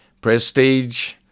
Prestige